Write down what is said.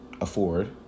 afford